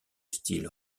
style